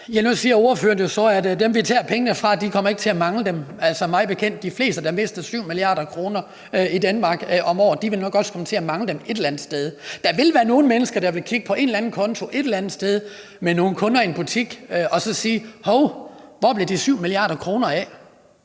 Alternativets ordfører så, at dem, vi tager pengene fra, ikke kommer til at mangle dem. Altså, mig bekendt vil de fleste, der mister 7 mia. kr. om året i Danmark, nok også komme til at mangle dem et eller andet sted. Der vil være nogle mennesker, der vil kigge på en eller anden konto et eller andet sted med nogle kunder i en butik og sige: Hov, hvor blev de 7 mia. kr. af?